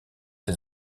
ces